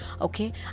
Okay